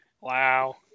Wow